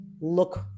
look